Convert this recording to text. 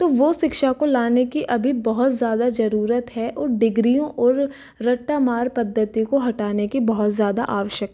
तो वह शिक्षा को लाने की अभी बहुत ज़्यादा ज़रूरत है डिग्रियों और रट्टा मार पद्धती को हटाने की बहुत ज़्यादा आवश्यकता